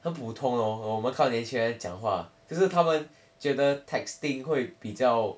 很普通咯我们看一些讲话可是他们觉得 texting 会比较